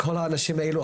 כל האנשים האלה,